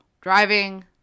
driving